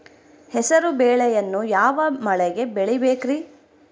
ಹೆಸರುಬೇಳೆಯನ್ನು ಯಾವ ಮಳೆಗೆ ಬೆಳಿಬೇಕ್ರಿ?